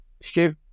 Stu